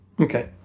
Okay